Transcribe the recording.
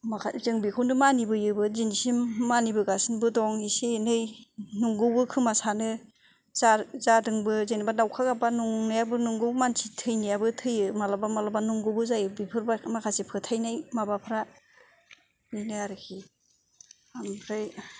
माखासे जों बेखौनो मानिबोयो दिनैसिम मानिबोगासिनोबो दं एसे एनै नंगौबो खोमा सानो जादोंबो जेनेबा दावखा गाबबा जानायाबो नंगौ मानसि थैनायाबो थैयो मालाबा मालाबा थारैनो जायोबो बेफोर माखासे फोथायनाय माबाफोरा बिदिनो आरोखि ओमफ्राय